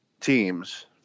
teams